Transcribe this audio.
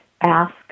Ask